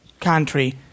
country